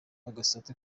agasate